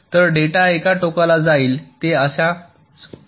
तर डेटा एका टोकाला जाईल ते असेच याप्रमाणे जातील